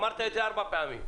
אמרת את זה ארבע פעמים.